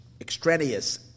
extraneous